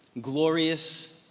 Glorious